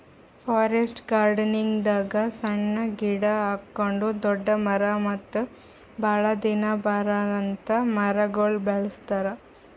forest ಗಾರ್ಡನಿಂಗ್ದಾಗ್ ಸಣ್ಣ್ ಗಿಡ ಹಿಡ್ಕೊಂಡ್ ದೊಡ್ಡ್ ಮರ ಮತ್ತ್ ಭಾಳ್ ದಿನ ಬರಾಂತ್ ಮರಗೊಳ್ ಬೆಳಸ್ತಾರ್